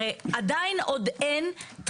הרי עדיין עוד אין,